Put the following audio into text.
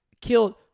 killed